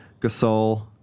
Gasol